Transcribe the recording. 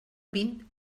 vint